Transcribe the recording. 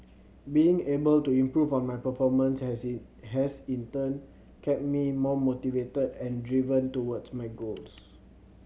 being able to improve on my performance has in has in turn kept me more motivated and driven towards my goals